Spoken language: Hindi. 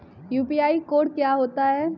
यू.पी.आई कोड क्या होता है?